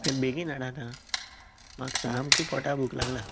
बेगीन हाडात हा म्हाका सामकी पोटा भूक लागल्या